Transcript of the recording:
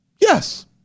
Yes